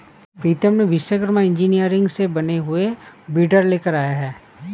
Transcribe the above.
प्रीतम ने विश्वकर्मा इंजीनियरिंग से बने हुए वीडर लेकर आया है